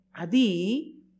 Adi